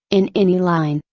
in any line,